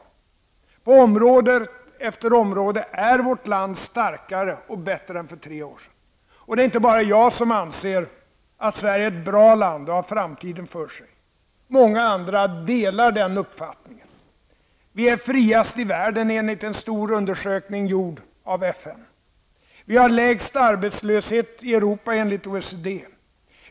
På område efter område är vårt land starkare och bättre än för tre år sedan. Det är inte bara jag som anser att Sverige är ett bra land och har framtiden för sig. Många andra delar den uppfattningen. Vi är friast i världen, enligt en stor undersökning gjord av FN. Vi har lägst arbetslöshet i Europa enligt OECD.